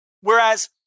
Whereas